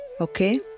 Okay